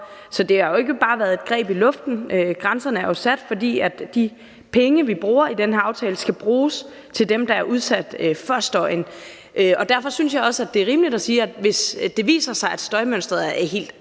Så det er jo ikke bare grebet ud af den blå luft – grænserne er jo sat, fordi de penge, vi bruger i den her aftale, skal bruges til dem, der er udsat for støjen. Derfor synes jeg også, det er rimeligt at sige, at hvis det viser sig, at støjmønsteret er helt anderledes